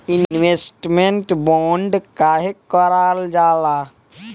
Investment bond काहे कारल जाला?